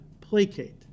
placate